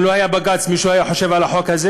אם לא היה בג"ץ, מישהו היה חושב על החוק הזה